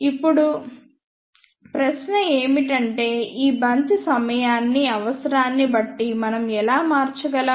ఇప్పుడు ప్రశ్న ఏమిటంటే ఈ బంచ్ సమయాన్ని అవసరాన్ని బట్టి మనం ఎలా మార్చగలం